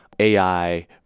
AI